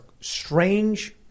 strange